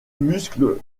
muscle